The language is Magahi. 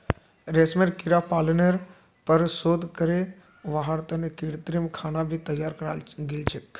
रेशमेर कीड़ा पालनेर पर शोध करे वहार तने कृत्रिम खाना भी तैयार कराल गेल छे